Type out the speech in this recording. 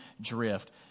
drift